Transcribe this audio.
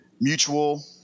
mutual –